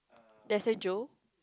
there's a Joe